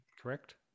Correct